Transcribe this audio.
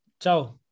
Ciao